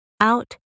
Out